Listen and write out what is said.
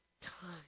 time